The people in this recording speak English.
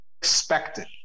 expected